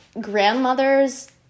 grandmother's